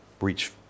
Reach